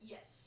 Yes